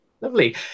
Lovely